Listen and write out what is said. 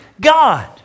God